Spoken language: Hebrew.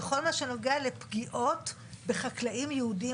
בכל מה שנוגע לפגיעות בחקלאים יהודים